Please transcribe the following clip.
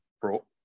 brought